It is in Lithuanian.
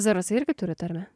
zarasai irgi turi tarmę